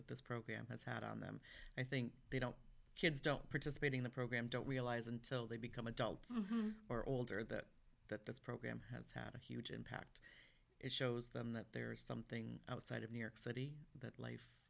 that this program has had on them i think they don't kids don't participate in the program don't realize until they become adults or older that that this program has had a huge impact it shows them that there is something outside of new york city that life